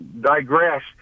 digress